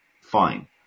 fine